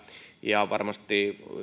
ja varmasti